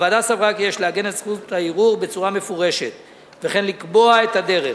הוועדה סברה כי יש לעגן את זכות הערעור בצורה מפורשת וכן לקבוע את הדרך